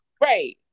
Right